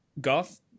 Goth